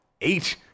eight